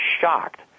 shocked